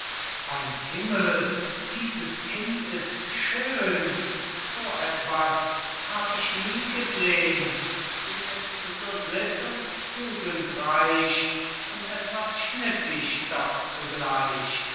beym himmel dieses kind ist schön so etwas hab ich nie gesehn sie ist so sitt und tugendreich und etwas schnippisch doch zugleich